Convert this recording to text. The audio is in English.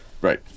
Right